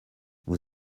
vous